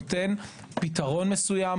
נותן פתרון מסוים,